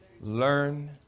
Learn